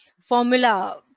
formula